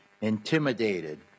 intimidated